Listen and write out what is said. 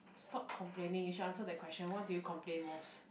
stop complaining you should answer that question what do you complain most